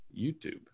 YouTube